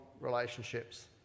relationships